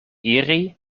iri